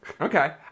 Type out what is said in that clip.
Okay